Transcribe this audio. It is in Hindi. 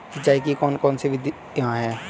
सिंचाई की कौन कौन सी विधियां हैं?